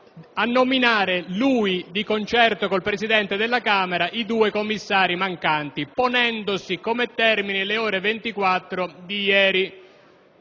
a nominare, di concerto con il Presidente della Camera dei deputati, i due commissari mancanti, ponendo come termine le ore 24 di ieri.